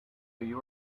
you